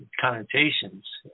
connotations